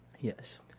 Yes